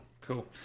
cool